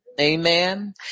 Amen